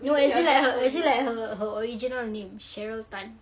no as in like her as in like her her original name cheryl tan